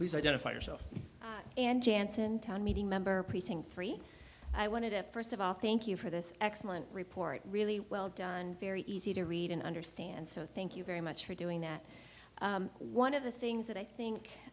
identify yourself and janssen town meeting member precinct three i wanted it first of all thank you for this excellent report really well done very easy to read and understand so thank you very much for doing that one of the things that i think